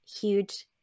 huge